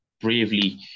bravely